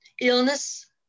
illness